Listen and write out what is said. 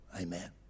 Amen